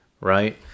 right